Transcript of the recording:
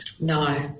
No